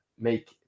make